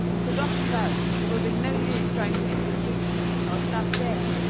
the doctor says it will be no use trying to interduce our stuff there,